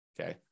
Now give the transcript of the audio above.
Okay